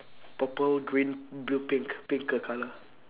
purple green blue pink pick a colour